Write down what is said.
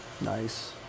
Nice